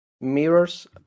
mirrors